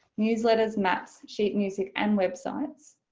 newsletters, maps sheet music and websites,